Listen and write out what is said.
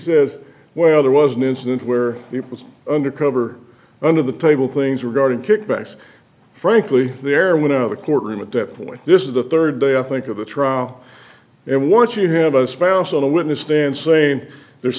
says well there was an incident where it was under cover under the table things were guarded kickbacks frankly there without a courtroom at that point this is the third day i think of the trial and once you have a spouse on the witness stand saying there's